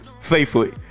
safely